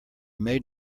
made